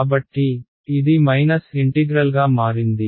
కాబట్టి ఇది మైనస్ ఇంటిగ్రల్గా మారింది